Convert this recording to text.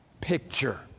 picture